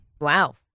Wow